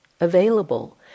available